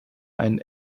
ein